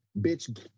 bitch